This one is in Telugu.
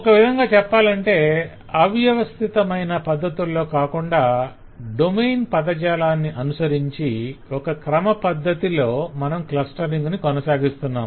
ఒక విధంగా చెప్పాలంటే అవ్యవస్థితమైన పద్ధతుల్లో కాకుండా డొమైన్ పదజాలాన్ని అనుసరించి ఒక క్రమ పద్ధతిలో మనం క్లస్టరింగ్ ను కొనసాగిస్తున్నాం